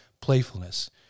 playfulness